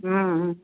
हम्म हम्म